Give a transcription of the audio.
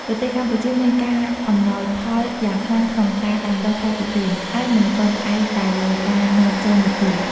ប្រទេសកម្ពុជាមានការអំណោយផលយ៉ាងខ្លាំងក្នុងការដាំដុះផ្លែទុរេន ហើយមិនពឹងផ្អែកតែលើការនាំចូលនោះទេ។